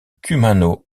kumano